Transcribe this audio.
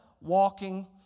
walking